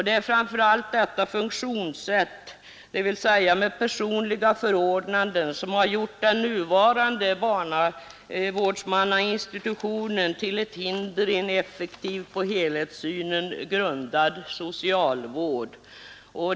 Det är framför allt detta funktionssätt med personliga förordnanden som gjort den nuvarande barnavårdsmannainstitutionen till ett hinder i en effektiv, på helhetssynen grundad socialvård.